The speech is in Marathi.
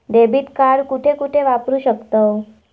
डेबिट कार्ड कुठे कुठे वापरू शकतव?